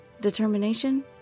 Determination